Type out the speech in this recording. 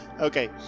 Okay